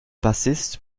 bassist